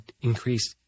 increased